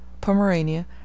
pomerania